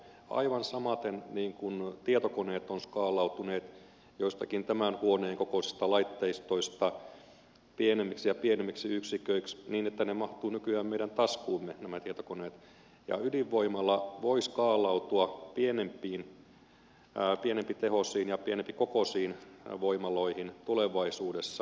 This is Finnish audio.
aivan samaten niin kuin tietokoneet ovat skaalautuneet joistakin tämän huoneen kokoisista laitteistoista pienemmiksi ja pienemmiksi yksiköiksi niin että nämä tietokoneet mahtuvat nykyään meidän taskuumme ydinvoimala voi skaalautua pienempitehoisiin ja pienempikokoisiin voimaloihin tulevaisuudessa